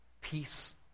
Peace